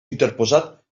interposat